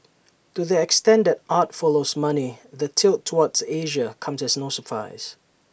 to the extent that art follows money the tilt toward Asia comes as no surprise